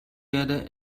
werde